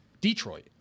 Detroit